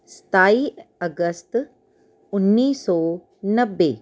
ਸਤਾਈ ਅਸਗਤ ਉੱਨੀ ਸੌ ਨੱਬੇ